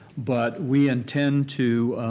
but we intend to